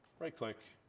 right click,